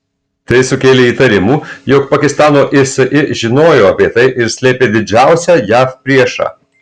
tai sukėlė įtarimų jog pakistano isi žinojo apie tai ir slėpė didžiausią jav priešą